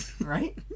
right